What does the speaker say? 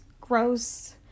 gross